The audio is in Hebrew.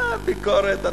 ביקורת?